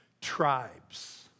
tribes